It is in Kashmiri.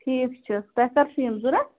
ٹھیٖک چھُ تۄہہِ کَر چھُو یِم ضروٗرت